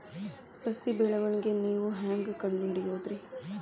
ಸಸಿ ಬೆಳವಣಿಗೆ ನೇವು ಹ್ಯಾಂಗ ಕಂಡುಹಿಡಿಯೋದರಿ?